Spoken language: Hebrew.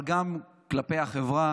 וגם כלפי החברה,